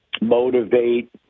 motivate